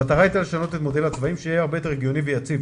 המטרה הייתה לשנות את מודל הצבעים שיהיה הרבה יותר הגיוני ויציב,